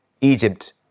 Egypt